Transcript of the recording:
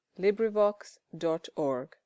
LibriVox.org